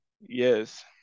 yes